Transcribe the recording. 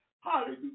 Hallelujah